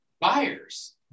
buyers